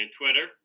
Twitter